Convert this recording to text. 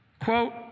Quote